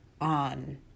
on